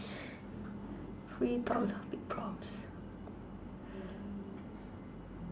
free talk topic prompts